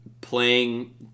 playing